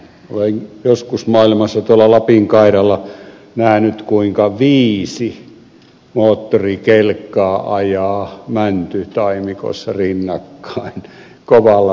olen joskus maailmassa tuolla lapin kairalla nähnyt kuinka viisi moottorikelkkaa ajaa mäntytaimikossa rinnakkain kovalla pakkasella